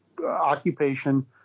Occupation